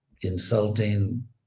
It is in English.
insulting